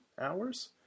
hours